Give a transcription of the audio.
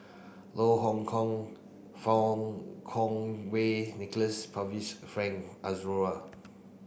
Loh Hoong Kwan Fang Kwan Wei Nicholas Frank